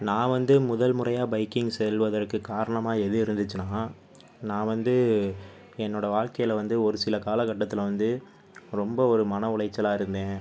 நான் வந்து முதல் முறையாக பைக்கிங் செல்வதற்கு காரணமாக எது இருந்துச்சுனா நான் வந்து என்னோடய வாழ்க்கையில் வந்து ஒரு சில காலகட்டத்தில் வந்து ரொம்ப ஒரு மன உளைச்சலாக இருந்தேன்